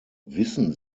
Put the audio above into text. wissen